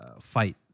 fight